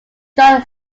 john